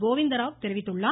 கோவிந்தராவ் தெரிவித்துள்ளார்